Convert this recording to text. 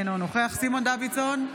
אינו נוכח סימון דוידסון,